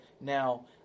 now